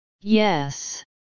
Yes